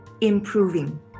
improving